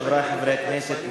חברי חברי הכנסת,